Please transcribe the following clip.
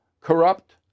corrupt